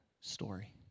story